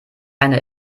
einer